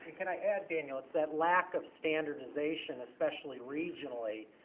can i add, daniel, it's that lack of standardization, especially regionally,